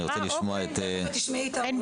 אני רוצה לשמוע את --- תכף תשמעי את ההורים גם כן.